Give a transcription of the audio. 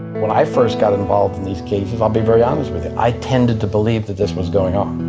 when i first got involved in these cases, i'll be very honest with you, i tended to believe that this was going on.